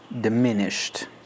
diminished